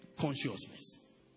consciousness